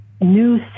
new